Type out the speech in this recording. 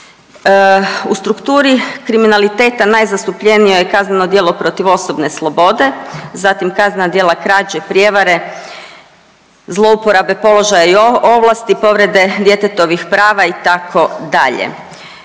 U strukturi kriminaliteta najzastupljenije je kazneno djelo protiv osobne slobode, zatim kaznena djela krađe, prijevare, zlouporabe položaja i ovlasti, povrede djetetovih prava itd..